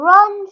Run